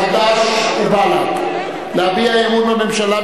חד"ש ובל"ד להביע אי-אמון בממשלה,